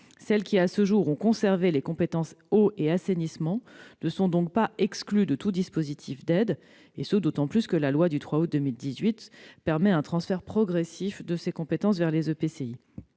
Celles qui, à ce jour, ont conservé les compétences eau et assainissement ne sont donc pas exclues de tout dispositif d'aides, et ce d'autant moins que la loi du 3 août 2018 permet un transfert progressif de ces compétences vers les EPCI.